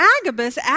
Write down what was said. Agabus